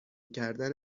کردن